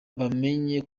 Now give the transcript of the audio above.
bamenye